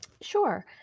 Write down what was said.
Sure